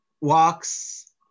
walks